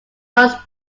rose